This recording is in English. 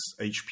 HP